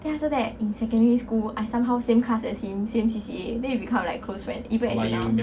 then after that in secondary school I somehow same class as him same C_C_A then we become like close friends even until now